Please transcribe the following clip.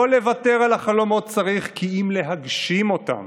לא לוותר על החלומות צריך כי אם להגשים אותם.